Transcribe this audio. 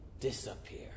disappear